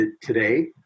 today